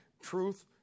Truth